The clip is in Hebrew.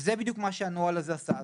זה בדיוק מה שהנוהל הזה עשה.